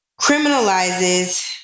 criminalizes